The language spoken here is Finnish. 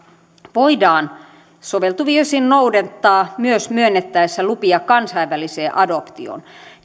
voidaan soveltuvin osin noudattaa myös myönnettäessä lupia kansainväliseen adoptioon